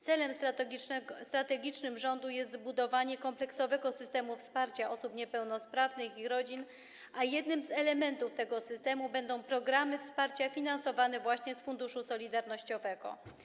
Celem strategicznym rządu jest zbudowanie kompleksowego systemu wsparcia osób niepełnosprawnych i ich rodzin, a jednym z elementów tego systemu będą programy wsparcia finansowane właśnie z funduszu solidarnościowego.